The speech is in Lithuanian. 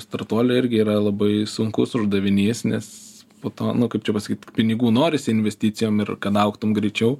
startuolio irgi yra labai sunkus uždavinys nes po to nu kaip čia pasakyt pinigų norisi investicijom ir kanaugtum greičiau